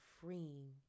freeing